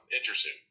Interesting